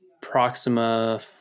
Proxima